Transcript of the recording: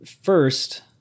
First